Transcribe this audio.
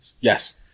Yes